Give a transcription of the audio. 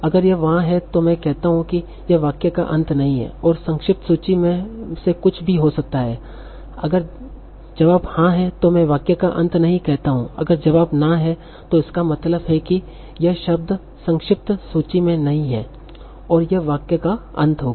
अगर यह वहां है तो मैं कहता हूं कि यह वाक्य का अंत नहीं है और संक्षिप्त सूची में से कुछ भी हो सकता है अगर जवाब हाँ है तो मैं वाक्य का अंत नही कहता हूँ अगर जवाब ना है तो इसका मतलब यह है कि यह शब्द संक्षिप्त सूची में नही है और यह वाक्य का अंत होगा